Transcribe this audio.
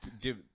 give